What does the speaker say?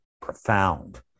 profound